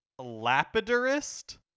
lapidurist